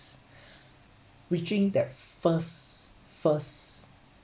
reaching that first first